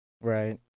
Right